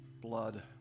blood